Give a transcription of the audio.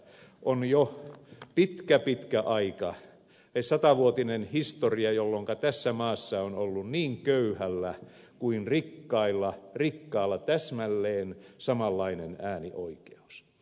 on jo pitkä pitkä aika satavuotinen historia jolloinka tässä maassa on ollut niin köyhällä kuin rikkaalla täsmälleen samanlainen äänioikeus